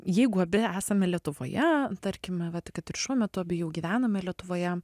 jeigu abi esame lietuvoje tarkime va kad ir šiuo metu abi jau gyvename lietuvoje